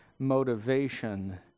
motivation